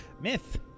Myth